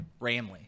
Ramley